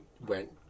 went